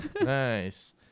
Nice